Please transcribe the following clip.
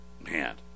Man